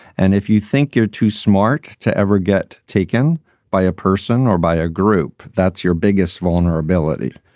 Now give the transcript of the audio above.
and if you think you're too smart to ever get taken by a person or by a group, that's your biggest vulnerability.